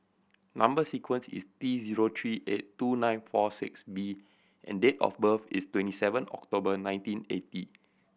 number sequence is T zero three eight two nine four six B and date of birth is twenty seven October nineteen eighty